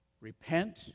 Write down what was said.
Repent